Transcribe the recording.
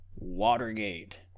Watergate